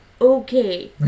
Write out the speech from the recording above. Okay